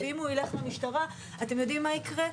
ואם הוא ילך משטרה, אתם יודעים מה יקרה?